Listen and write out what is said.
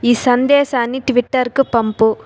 ఈ సందేశాన్ని ట్విట్టర్కు పంపు